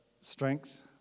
strength